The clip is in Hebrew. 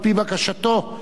על-פי בקשתו,